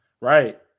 right